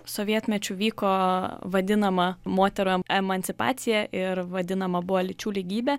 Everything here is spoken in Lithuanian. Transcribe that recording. sovietmečiu vyko vadinama moterų emancipacija ir vadinama buvo lyčių lygybė